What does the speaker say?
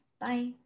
Bye